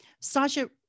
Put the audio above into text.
Sasha